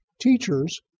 teachers